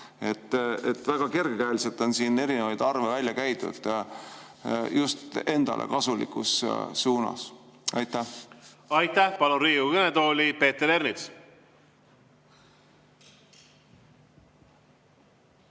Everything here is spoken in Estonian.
Väga kergekäeliselt on siin erinevaid arve välja käidud, just endale kasulikus suunas. Aitäh! Aitäh! Palun Riigikogu kõnetooli Peeter Ernitsa.